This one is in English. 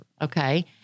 Okay